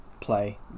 play